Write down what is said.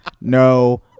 No